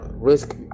risk